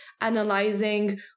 analyzing